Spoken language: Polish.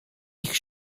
ich